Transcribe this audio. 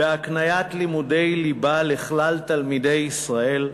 בהקניית לימודי ליבה לכלל תלמידי ישראל,